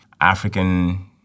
African